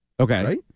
Okay